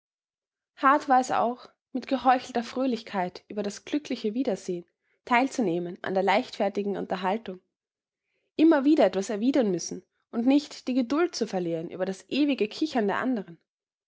hart war es auch mit geheuchelter fröhlichkeit über das glückliche wiedersehen teilzunehmen an der leichtfertigen unterhaltung immer wieder etwas erwidern müssen und nicht die geduld zu verlieren über das ewige kichern der andern